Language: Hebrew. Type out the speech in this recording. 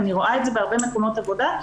אני רואה בהרבה מקומות עבודה,